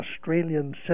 Australian